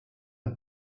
los